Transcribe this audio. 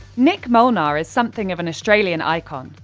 nick molnar is something of an australian icon.